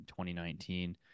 2019